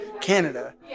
Canada